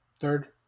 third